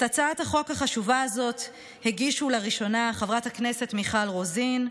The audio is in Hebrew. את הצעת החוק החשובה הזאת הגישו לראשונה חברת הכנסת מיכל רוזין,